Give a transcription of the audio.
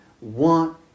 want